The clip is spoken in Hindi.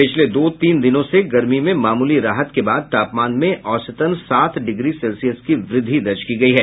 पिछले दो तीन दिनों से गर्मी में मामूली राहत के बाद तापमान में औसतन सात डिग्री सेल्सियस की वृद्धि दर्ज की गयी है